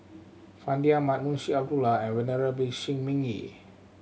Fandi Ahmad Munshi Abdullah and Venerable Shi Ming Yi